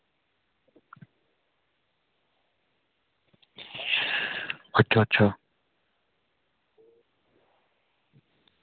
अच्छा अच्छा